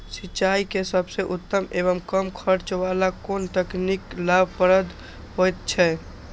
सिंचाई के सबसे उत्तम एवं कम खर्च वाला कोन तकनीक लाभप्रद होयत छै?